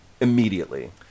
immediately